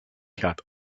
had